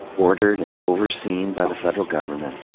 ordered and overseen by the federal government,